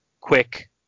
quick